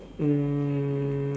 mm